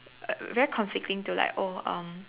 very conflicting to like oh um